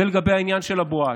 זה לגבי העניין של הבואש.